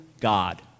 God